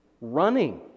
running